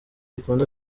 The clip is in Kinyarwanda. ikunda